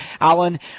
Alan